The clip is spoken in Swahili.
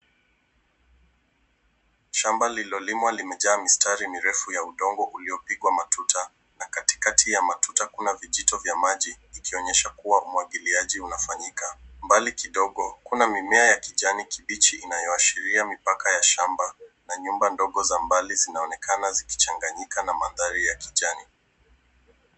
Shamba lilolimwa limejaa mistari mirefu ya udongo uliopigwa matuta na katikati ya matatu, kuna vijito vya maji ikionyesha kuwa umwagiliaji unafanyika. Mbali kidogo, kuna mimea ya kijani kibichi inayoashiria mipaka ya shamba na nyumba ndogo za mbali zinaonekana zikichanganyika na mandhari ya kijani.